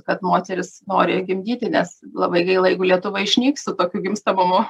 kad moteris nori gimdyti nes labai gaila jeigu lietuva išnyks su tokiu gimstamumu